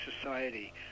society